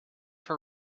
for